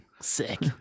Sick